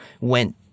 went